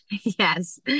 Yes